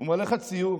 הוא מראה לך ציור